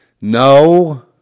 No